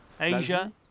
Asia